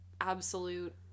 absolute